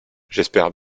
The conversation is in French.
j’espère